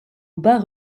bas